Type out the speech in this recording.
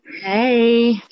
hey